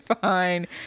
fine